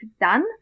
done